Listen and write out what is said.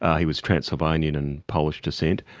he was transylvanian and polish descent.